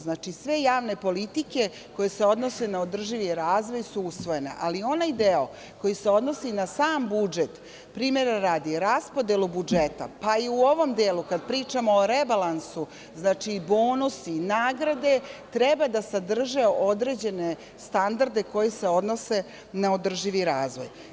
Znači, sve javne politike koje se odnose na održivi razvoj su usvojene, ali onaj deo koji se odnosi na sam budžet, primera radi, raspodelu budžeta, pa i u ovom delu kada pričamo o rebalansu, znači, bonusi i nagrade, treba da sadrže određene standarde koji se odnose održivi razvoj.